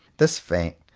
this fact,